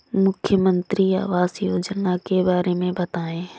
मुख्यमंत्री आवास योजना के बारे में बताए?